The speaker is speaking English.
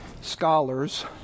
scholars